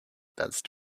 buzzed